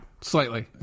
slightly